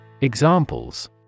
Examples